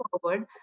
forward